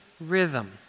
rhythm